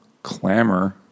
clamor